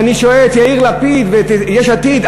ואני שואל את יאיר לפיד ואת יש עתיד: